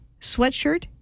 sweatshirt